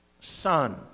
son